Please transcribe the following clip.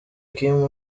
kim